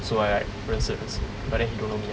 so I like 认识认识 but then he don't know me lah